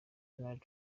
donald